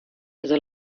also